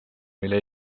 mille